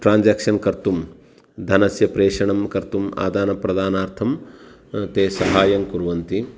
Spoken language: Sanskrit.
ट्रान्साक्षन् कर्तुं धनस्य प्रेषणं कर्तुम् आदानप्रदानार्थं ते सहाय्यं कुर्वन्ति